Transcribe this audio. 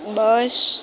bus